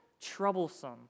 troublesome